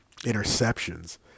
interceptions